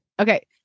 Okay